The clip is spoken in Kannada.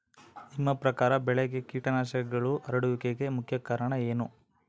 ನಿಮ್ಮ ಪ್ರಕಾರ ಬೆಳೆಗೆ ಕೇಟನಾಶಕಗಳು ಹರಡುವಿಕೆಗೆ ಮುಖ್ಯ ಕಾರಣ ಏನು?